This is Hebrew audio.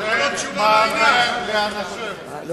זאת לא תשובה לעניין, יופי.